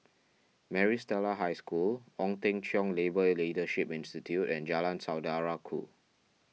Maris Stella High School Ong Teng Cheong Labour Leadership Institute and Jalan Saudara Ku